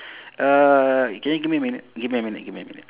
uh can you give me a minute give me a minute give me a minute